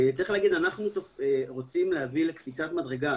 אנחנו רוצים להביא לקפיצת מדרגה.